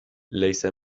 ليس